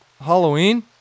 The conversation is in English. Halloween